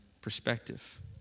perspective